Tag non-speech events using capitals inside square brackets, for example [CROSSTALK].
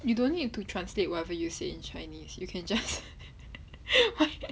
you don't need to translate whatever you say in chinese you can just [LAUGHS]